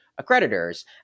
accreditors